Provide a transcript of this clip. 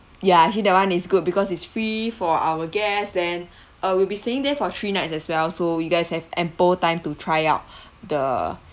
ya actually that [one] is good because it's free for our guest then uh we'll be staying there for three nights as well so you guys have ample time to try out the